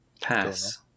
Pass